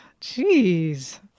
Jeez